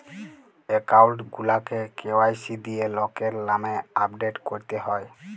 account গুলাকে KYC দিঁয়ে লকের লামে আপডেট ক্যরতে হ্যয়